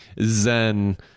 zen